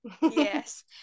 yes